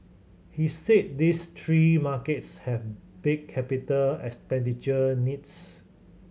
he said these three markets have big capital expenditure needs